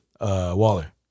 Waller